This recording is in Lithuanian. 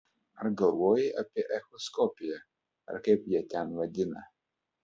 ar galvojai apie echoskopiją ar kaip jie ten vadina